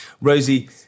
Rosie